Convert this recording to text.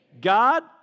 God